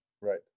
Right